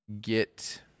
get